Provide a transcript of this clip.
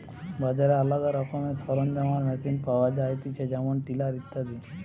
বাজারে আলদা রকমের সরঞ্জাম আর মেশিন পাওয়া যায়তিছে যেমন টিলার ইত্যাদি